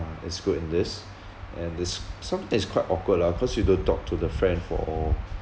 uh is good in this and this some is quite awkward lah cause you don't talk to the friend for